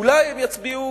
אולי הם יצביעו